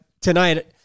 tonight